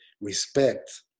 respect